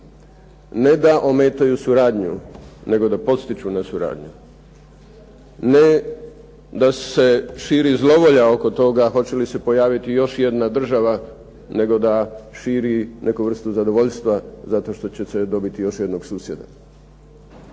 Ne da ometaju suradnju nego da potiču na suradnju. Ne da se širi zlovolja oko toga hoće li se pojaviti još jedna država nego da širi neku vrstu zadovoljstva zato što će se dobiti još jednog susjeda.